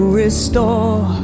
restore